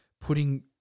putting